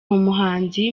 umuhanzi